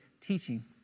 teaching